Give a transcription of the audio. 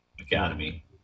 Academy